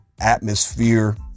atmosphere